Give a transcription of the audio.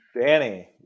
Danny